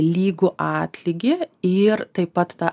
lygų atlygį ir taip pat tą